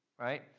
right